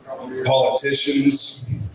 politicians